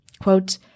Quote